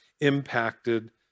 impacted